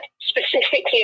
specifically